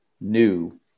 new